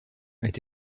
est